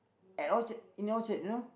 at Orchard in Orchard you know